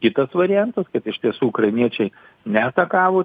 kitas variantas kad iš tiesų ukrainiečiai ne atakavo